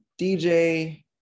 DJ